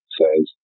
says